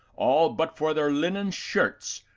all but for their linen shirts,